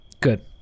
Good